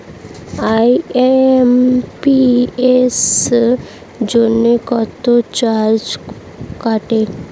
IMPS জন্য কত charge কাটে?